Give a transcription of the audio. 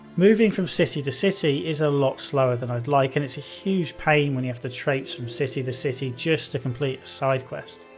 moving from city to city is a lot slower than i'd like and it's a huge pain when you have to traipse from city to city just to complete side quest.